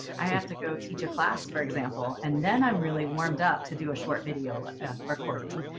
i have to go teach a class, for example, and then i'm really warmed up to do a short video recording.